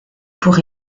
pour